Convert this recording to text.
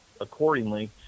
accordingly